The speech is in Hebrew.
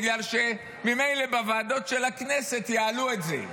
בגלל שממילא בוועדות של הכנסת יעלו את זה.